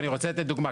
ואני רוצה לתת דוגמה.